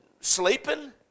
sleeping